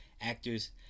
actors